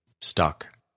stuck